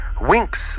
Winks